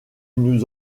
nous